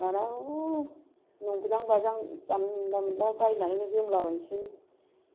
दाना नुज्रां बाज्रां जानला मोनला बायनानै जोमलाबायनोसै